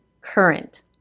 current